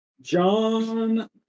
John